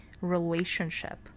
relationship